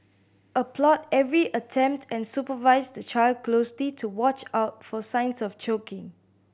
applaud every attempt and supervise the child closely to watch out for signs of choking